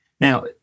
Now